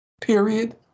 period